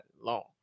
long